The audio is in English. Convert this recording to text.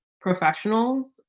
professionals